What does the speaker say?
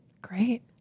Great